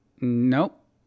Nope